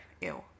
ew